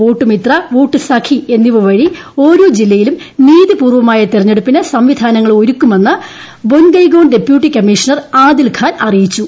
vote Mitra vote Sakhi എന്നിവ വഴി ഓരോ ജില്ലയിലും നീതിപൂർവ്വമായ തിരഞ്ഞെടുപ്പിന് സംവിധാനങ്ങൾ ഒരുക്കുമെന്ന് ബൊൻഗൈഗോൺ ഡെപ്യൂട്ടി കമ്മീഷണർ ആദിൽ ഖാൻ അറിയിച്ചു